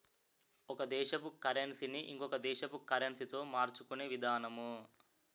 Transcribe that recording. ఒక దేశపు కరన్సీ ని ఇంకొక దేశపు కరెన్సీతో మార్చుకునే విధానము